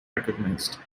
recognized